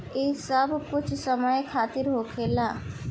ई बस कुछ समय खातिर होखेला